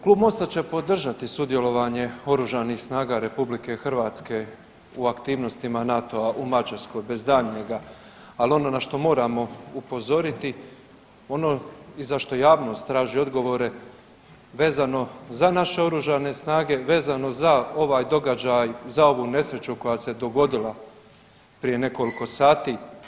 Klub MOST-a će podržati sudjelovanje Oružanih snaga Republike Hrvatske u aktivnostima NATO-a u Mađarskoj bez daljnjega, ali ono na što moramo upozoriti, ono i za što javnost traži odgovore vezano za naše Oružane snage, vezano za ovaj događaj, ovu nesreću koja se dogodila prije nekoliko sati.